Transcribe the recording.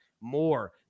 more